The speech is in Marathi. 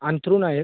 अंथरूण आहेत